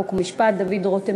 חוק ומשפט דוד רותם,